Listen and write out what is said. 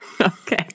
Okay